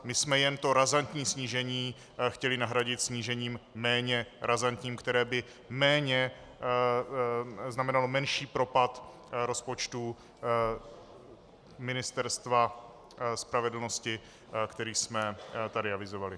My jsme jen to razantní snížení chtěli nahradit snížením méně razantním, které by znamenalo menší propad rozpočtu Ministerstva spravedlnosti, který jsme tady avizovali.